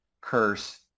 curse